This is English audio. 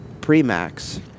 pre-Max